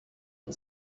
and